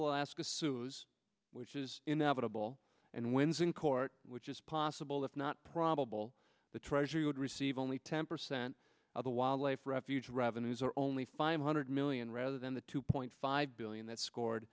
alaska sues which is inevitable and wins in court which is possible if not probable the treasury would receive only ten percent of the wildlife refuge revenues are only five hundred million rather than the two point five billion that scored